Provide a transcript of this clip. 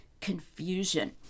confusion